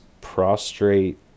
prostrate